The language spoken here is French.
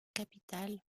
capitale